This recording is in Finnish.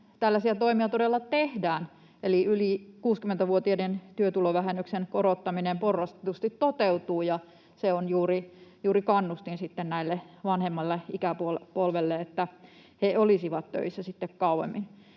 tällaisia toimia todella tehdään, eli yli 60-vuotiaiden työtulovähennyksen korottaminen porrastetusti toteutuu, ja se on juuri kannustin tälle vanhemmalle ikäpolvelle, että he olisivat töissä sitten kauemmin.